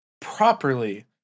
properly